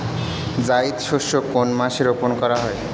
জায়িদ শস্য কোন মাসে রোপণ করা হয়?